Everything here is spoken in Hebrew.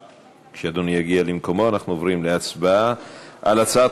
כשאדוני יגיע למקומו אנחנו עוברים להצבעה על הצעת